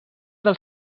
del